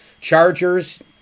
Chargers